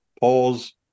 pause